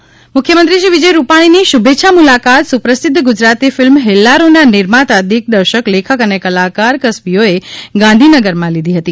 હેલ્લા row મુખ્યમંત્રી શ્રી વિજયભાઇ રૂપાણીની શુભેચ્છા મૂલાકાત સુપ્રસિદ્ધ ગુજરાતી ફિલ્મ હેલ્લારોના નિર્માતા દિગ્દર્શક લેખક અને કલાકાર કસબીઓએ ગાંધીનગરમાં લીધી હૃતી